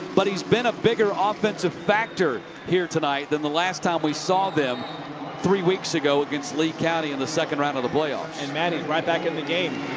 but he's been a bigger offensive factor here tonight than the last time we saw them three weeks ago against lee county in the second round of the playoffs. and right back in the game.